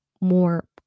more